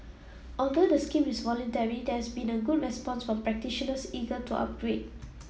although the scheme is voluntary there has been a good response from practitioners eager to upgrade